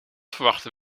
verwachten